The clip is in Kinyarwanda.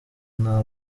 nta